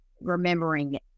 remembering